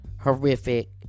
horrific